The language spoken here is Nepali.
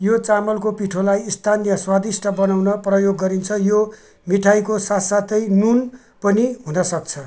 यो चामलको पिठोलाई स्थानीय स्वादिष्ट बनाउन प्रयोग गरिन्छ यो मिठाईको साथसाथै नुन पनि हुनसक्छ